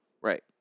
Right